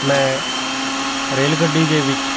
ਮੈਂ ਰੇਲ ਗੱਡੀ ਦੇ ਵਿੱਚ